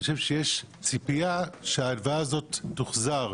אני חושב שיש ציפייה שההלוואה הזאת תוחזר.